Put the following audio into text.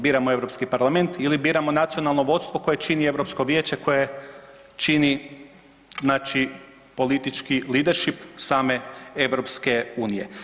Biramo Europski parlament ili biramo nacionalno vodstvo koje čini Europsko vijeće koje čini znači politički leadership same EU.